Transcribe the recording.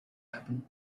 happen